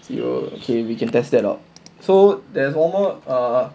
you okay we can test that out so there's one more err